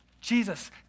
Jesus